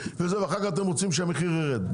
איך אחר כך אתם רוצים שהמחיר ירד?